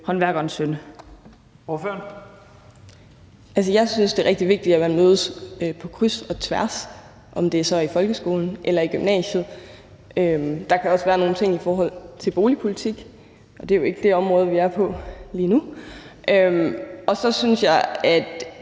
Kl. 12:04 Anne Hegelund (EL): Jeg synes, det er rigtig vigtigt, at man mødes på kryds og tværs, om det så er i folkeskolen eller i gymnasiet. Der kan også være nogle ting i forhold til boligpolitik, og det er jo ikke det område, vi taler om lige nu. Så synes jeg